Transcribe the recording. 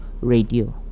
Radio